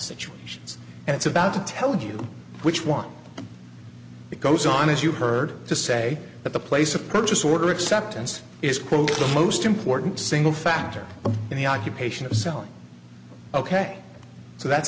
situations and it's about to tell you which one it goes on as you heard to say that the place of purchase order acceptance is quote the most important single factor in the occupation of selling ok so that